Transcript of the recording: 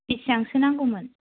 बिसिबांसो नांगौमोन